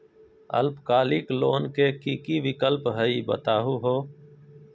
अल्पकालिक लोन के कि कि विक्लप हई बताहु हो?